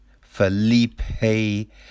Felipe